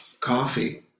coffee